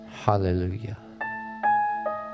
Hallelujah